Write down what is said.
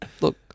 Look